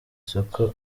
soko